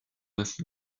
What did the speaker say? ainsi